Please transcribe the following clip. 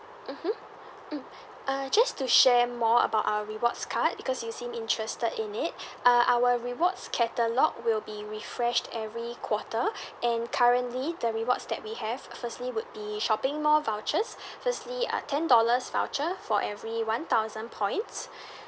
mmhmm mm uh just to share more about our rewards card because you seem interested in it uh our rewards catalogue will be refreshed every quarter and currently the rewards that we have firstly would be shopping mall vouchers firstly uh ten dollars voucher for every one thousand points